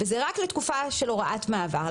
וזה רק לתקופה של הוראת מעבר.